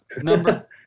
number